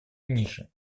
ниже